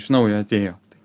iš naujo atėjo